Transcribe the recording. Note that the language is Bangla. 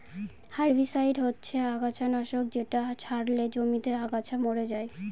হার্বিসাইড হচ্ছে আগাছা নাশক যেটা ছড়ালে জমিতে আগাছা মরে যায়